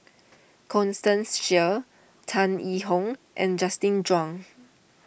Constance Sheares Tan Yee Hong and Justin Zhuang